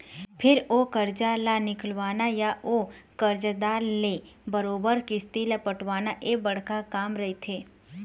फेर ओ करजा ल निकलवाना या ओ करजादार ले बरोबर किस्ती ल पटवाना ये बड़का काम रहिथे